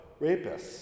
rapists